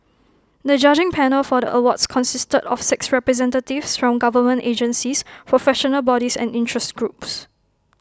the judging panel for the awards consisted of six representatives from government agencies professional bodies and interest groups